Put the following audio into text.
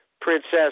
Princess